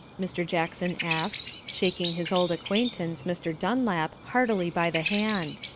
mr. jackson asked, shaking his old acquaintance, mr. dunlap, heartily by the hand.